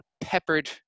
peppered